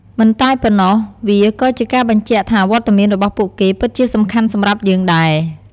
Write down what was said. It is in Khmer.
មិនតែប៉ុណ្ណោះ វាក៏ជាការបញ្ជាក់ថាវត្តមានរបស់ពួកគេពិតជាសំខាន់សម្រាប់យើងដែរ។